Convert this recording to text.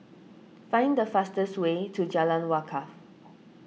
find the fastest way to Jalan Wakaff